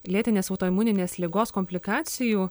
lėtinės autoimuninės ligos komplikacijų